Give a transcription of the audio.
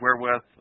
wherewith